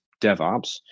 DevOps